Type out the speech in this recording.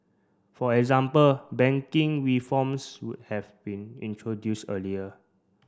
for example banking reforms would have been introduced earlier